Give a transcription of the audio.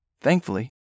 Thankfully